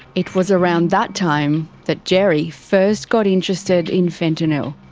it was around that time that gerry first got interested in fentanyl.